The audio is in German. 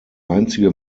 einzige